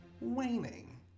waning